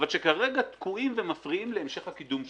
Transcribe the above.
אבל שכרגע תקועים ומפריעים להמשך הקידום שלה.